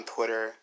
Twitter